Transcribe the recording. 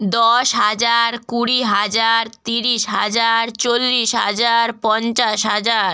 দশ হাজার কুড়ি হাজার তিরিশ হাজার চল্লিশ হাজার পঞ্চাশ হাজার